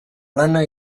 lana